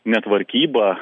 ne tvarkyba